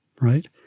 right